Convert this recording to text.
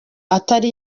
itari